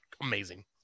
amazing